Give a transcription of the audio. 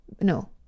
no